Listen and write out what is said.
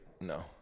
no